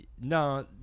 No